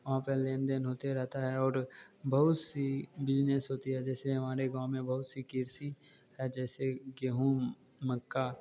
वहाँ पर लेनदेन होते रहता है और बहुत सी बिजनेस होती है जैसे हमारे गाँव में बहुत सी कृषि है जैसे गेहूँ मक्का